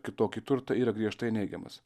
kitokį turtą yra griežtai neigiamas